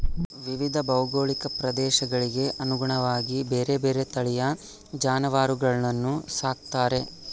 ವಿವಿಧ ಭೌಗೋಳಿಕ ಪ್ರದೇಶಗಳಿಗೆ ಅನುಗುಣವಾಗಿ ಬೇರೆ ಬೇರೆ ತಳಿಯ ಜಾನುವಾರುಗಳನ್ನು ಸಾಕ್ತಾರೆ